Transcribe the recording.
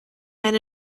men